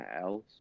else